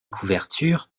couvertures